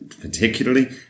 particularly